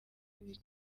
ibi